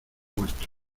huerto